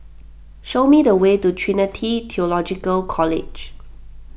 show me the way to Trinity theological College